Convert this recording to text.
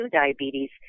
diabetes